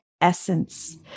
essence